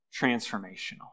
transformational